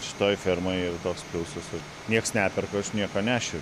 šitoj fermoj yra toks pliusas nieks neperka aš nieko nešeriu